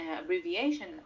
abbreviation